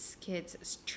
kids